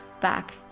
back